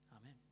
Amen